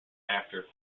after